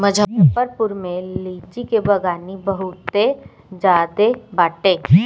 मुजफ्फरपुर में लीची के बगानी बहुते ज्यादे बाटे